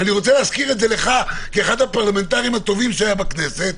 אני רוצה להזכיר לך כאחד הפרלמנטרים הטובים שהיה בכנסת.